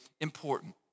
important